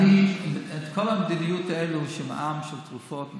כל המדיניות הזאת של מע"מ על תרופות,